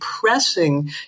pressing